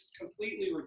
completely